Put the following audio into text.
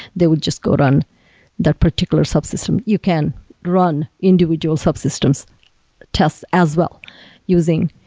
they would just quote on that particular subsystem. you can run individual subsystem tests as well using